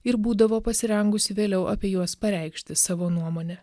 ir būdavo pasirengusi vėliau apie juos pareikšti savo nuomonę